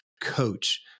coach